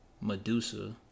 Medusa